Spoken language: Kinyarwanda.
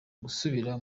gusubira